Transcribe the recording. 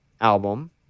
album